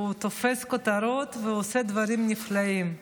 הוא תופס כותרות ועושה דברים נפלאים.